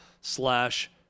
slash